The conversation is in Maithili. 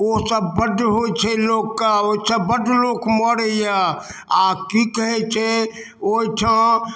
ओ सब बड होइत छै लोक कऽ ओहिसँ बड लोक मरैया आ की कहैत छै ओहिठाँ